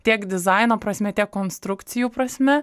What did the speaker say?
tiek dizaino prasme tiek konstrukcijų prasme